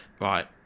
Right